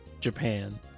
Japan